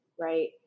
right